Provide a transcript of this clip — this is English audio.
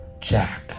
Jack